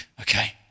Okay